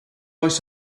oes